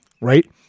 right